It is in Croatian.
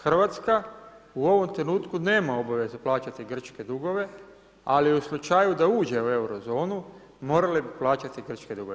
Hrvatska u ovom trenutku nema obavezu plaćati grčke dugove, ali u slučaju da uđe u Eurozonu, morali bi plaćati grčke dugove.